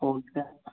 okay